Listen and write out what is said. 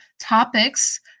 topics